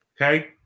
Okay